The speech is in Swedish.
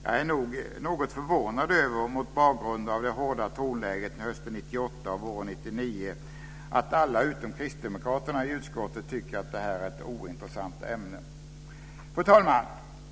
Jag är något förvånad - mot bakgrund av det hårda tonläget hösten 1998 och våren 1999 - över att alla utom kristdemokraterna i utskottet tycker att detta är ett ointressant ämne. Fru talman!